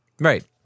Right